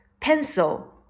pencil